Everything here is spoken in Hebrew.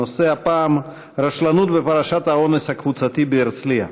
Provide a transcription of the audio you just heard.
הנושא הפעם: רשלנות בפרשת האונס הקבוצתי בהרצליה.